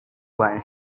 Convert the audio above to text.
wine